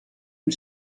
und